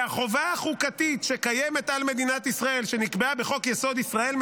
והחובה החוקתית שקיימת על מדינת ישראל שנקבעה בחוק-יסוד: ישראל,